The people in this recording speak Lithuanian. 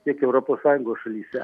tiek europos sąjungos šalyse